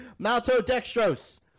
Maltodextrose